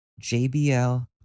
jbl